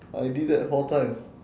I did that four times